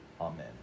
amen